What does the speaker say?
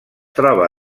troba